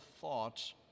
thoughts